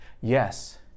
Yes